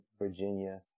Virginia